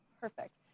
perfect